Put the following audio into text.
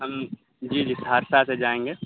ہم جی جی سہرسہ سے جائیں گے